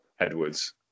Edwards